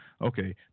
Okay